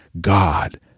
God